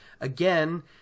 again